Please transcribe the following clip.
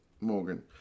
Morgan